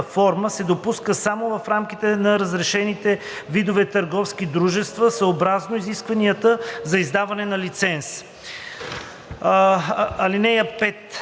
форма се допуска само в рамките на разрешените видове търговски дружества съобразно изискванията за издаване на лиценз. (5)